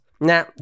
Nah